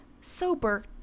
sober